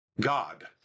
God